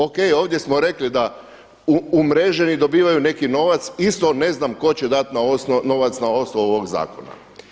O.K., ovdje smo rekli da umreženi dobivaju neki novac, isto ne znam tko će dati novac na osnovu ovog zakona.